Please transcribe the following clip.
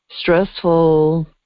stressful